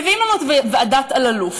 מביאים לנו את ועדת אלאלוף.